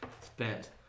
spent